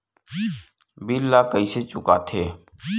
bill ला कइसे चुका थे